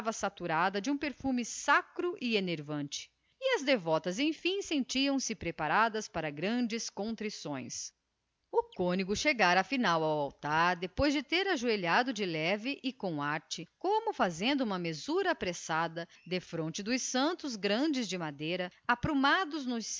saturou se de perfumes sacros e enervantes e as mulheres todas se contraíram preparadas para místicos enlevos o celebrante chegara enfim ao altar depois de ajoelhar-se de leve como fazendo uma mesura apressada defronte dos santos grandes aprumados nos